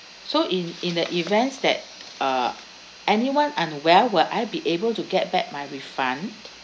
so in in the events that uh anyone unwell will I be able to get back my refund